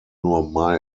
nur